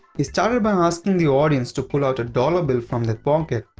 he started by asking the audience to pull out a dollar bill from their pocket,